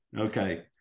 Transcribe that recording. Okay